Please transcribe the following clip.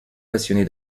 passionnée